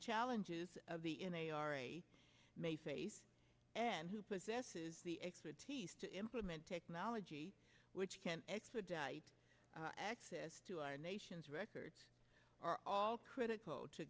challenges of the in a r e may face and who possesses the expertise to implement technology which can expedite access to our nation's records are all critical to